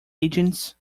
agents